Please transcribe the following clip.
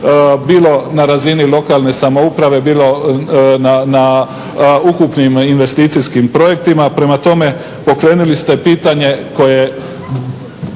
bilo na razini lokalne samouprave, bilo na ukupnim investicijskim projektima. Prema tome, pokrenuli ste pitanje koje